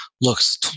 looks